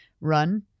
run